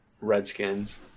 Redskins